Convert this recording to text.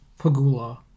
Pagula